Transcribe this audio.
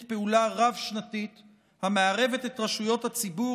פעולה רב-שנתית המערבת את רשויות הציבור,